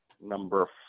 number